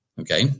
Okay